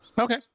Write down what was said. okay